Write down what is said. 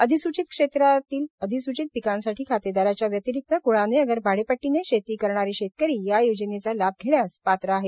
अधिसूचित क्षेत्रातील अधिसूचित पिकांसाठी खातेदाराच्या व्यतिरिक्त कुळाने अगर भाडेपट्टीने शेती करणारे शेतकरी या योजनेचा लाभ घेण्यास पात्र आहे